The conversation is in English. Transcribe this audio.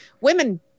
women